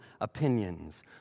opinions